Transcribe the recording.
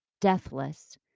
Deathless